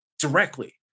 directly